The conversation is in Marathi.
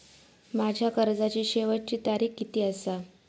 माझ्या कर्जाची शेवटची तारीख किती आसा?